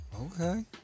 Okay